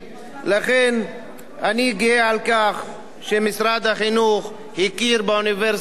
לכן אני גאה על כך שמשרד החינוך הכיר באוניברסיטה הזאת,